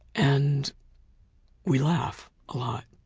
and we laugh a lot.